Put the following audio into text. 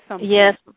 Yes